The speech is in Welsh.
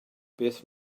beth